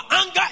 anger